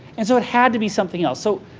and so it had to be something else. so,